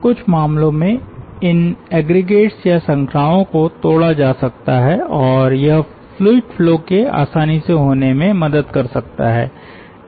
कुछ मामलों में इन एग्रीगेट्स या श्रृंखलाओं को तोड़ा जा सकता है और यह फ्लूइड फ्लो के आसानी से होने में मदद कर सकता है